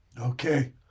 Okay